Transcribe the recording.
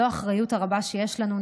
זו האחריות הרבה שיש לנו,